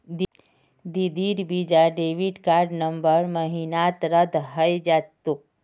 दीदीर visa debit card November महीनात रद्द हइ जा तोक